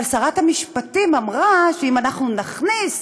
אבל שרת המשפטים אמרה שאם אנחנו נכניס